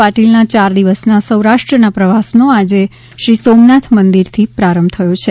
પાટીલના ચાર દિવસના સૌરાષ્ટ્રના પ્રવાસનો આજે શ્રી સોમનાથ મંદિરથી પ્રારંભ થયો છે